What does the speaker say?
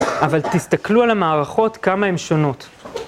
אבל תסתכלו על המערכות כמה הן שונות.